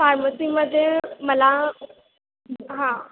फार्मसीमध्ये मला हां